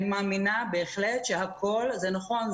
אני מאמינה בהחלט שהכול זה נכון,